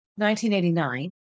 1989